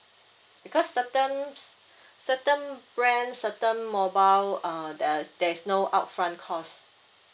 because certain certain brand certain mobile err the there is no upfront cost